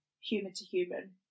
human-to-human